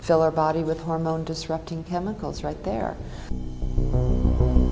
fill our body with hormone disrupting chemicals right there